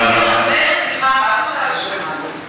מאיר, סליחה, מה זו ההאשמה הזאת?